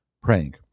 praying